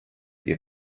ihr